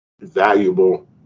valuable